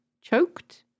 choked